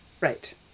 right